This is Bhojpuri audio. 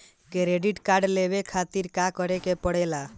क्रेडिट कार्ड लेवे के खातिर का करेके पड़ेला?